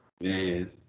Man